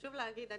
חשוב להגיד,